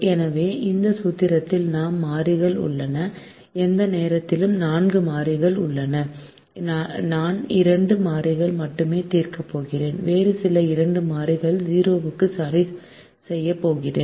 எனவே இந்த சூத்திரத்தில் நான்கு மாறிகள் உள்ளன எந்த நேரத்திலும் நான்கு மாறிகள் உள்ளன நான் இரண்டு மாறிகள் மட்டுமே தீர்க்கப் போகிறேன் வேறு சில இரண்டு மாறிகள் 0 க்கு சரிசெய்யப் போகிறேன்